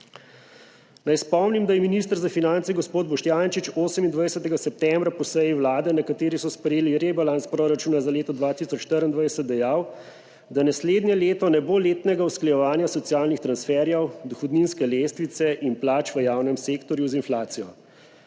Naj spomnim, da je minister za finance gospod Boštjančič 28. septembra po seji Vlade, na kateri so sprejeli rebalans proračuna za leto 2024, dejal, da naslednje leto ne bo letnega usklajevanja socialnih transferjev, dohodninske lestvice in plač v javnem sektorju z inflacijo.